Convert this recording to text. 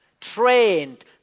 trained